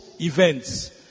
events